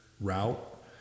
route